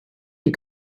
you